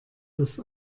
das